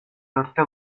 dörtte